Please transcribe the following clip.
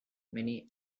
many